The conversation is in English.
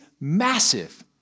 massive